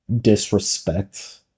disrespect